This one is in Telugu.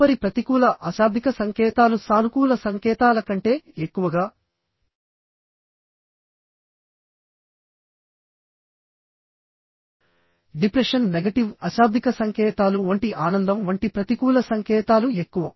తదుపరి ప్రతికూల అశాబ్దిక సంకేతాలు సానుకూల సంకేతాల కంటే ఎక్కువగా డిప్రెషన్ నెగటివ్ అశాబ్దిక సంకేతాలు వంటి ఆనందం వంటి ప్రతికూల సంకేతాలు ఎక్కువ